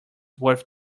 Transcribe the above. worth